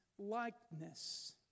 likeness